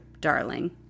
darling